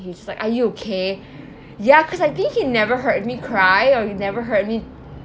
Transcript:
he was just like are you okay ya because I think he never heard me cry or he never heard me